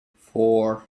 four